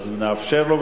אז נאפשר לו,